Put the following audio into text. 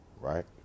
Right